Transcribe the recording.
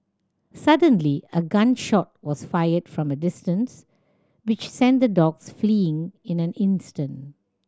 suddenly a gun shot was fired from a distance which sent the dogs fleeing in an instant